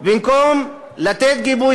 במקום לתת גיבוי.